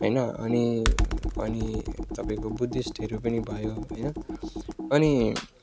होइन अनि अनि तपाईँको बुद्धिस्टहरू पनि भयो होइन अनि